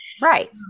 Right